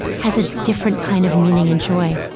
has a different kind of meaning and joy